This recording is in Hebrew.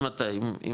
אם אתה בחו"ל,